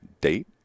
date